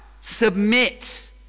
Submit